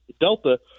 delta